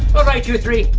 alright, you three,